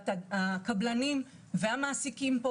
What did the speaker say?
הקבלנים והמעסיקים,